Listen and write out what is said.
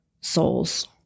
souls